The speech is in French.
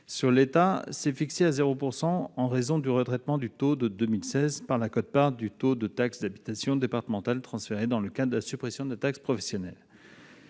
sur cet état s'est fixé à 0 % en raison du retraitement du taux de 2016 par la quote-part du taux de taxe d'habitation départemental transféré dans le cadre de la suppression de la taxe professionnelle.